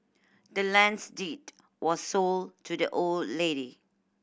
the land's deed was sold to the old lady